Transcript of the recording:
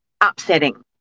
upsetting